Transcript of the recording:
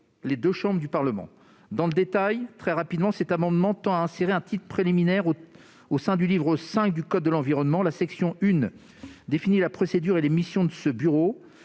les deux chambres du Parlement. Dans le détail, cet amendement tend à insérer un titre préliminaire au sein du livre V du code de l'environnement : la section 1 définit la procédure et les missions de ce bureau